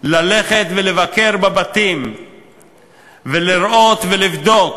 ללכת ולבקר בבתים ולראות ולבדוק?